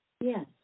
Yes